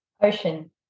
ocean